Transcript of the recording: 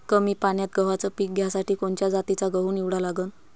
कमी पान्यात गव्हाचं पीक घ्यासाठी कोनच्या जातीचा गहू निवडा लागन?